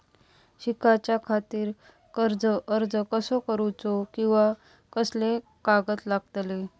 शिकाच्याखाती कर्ज अर्ज कसो करुचो कीवा कसले कागद लागतले?